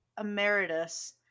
emeritus